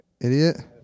idiot